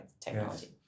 technology